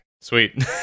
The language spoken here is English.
Sweet